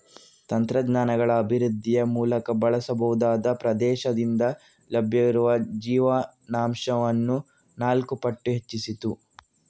ತಂತ್ರಜ್ಞಾನಗಳ ಅಭಿವೃದ್ಧಿಯ ಮೂಲಕ ಬಳಸಬಹುದಾದ ಪ್ರದೇಶದಿಂದ ಲಭ್ಯವಿರುವ ಜೀವನಾಂಶವನ್ನು ನಾಲ್ಕು ಪಟ್ಟು ಹೆಚ್ಚಿಸಿತು